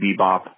Bebop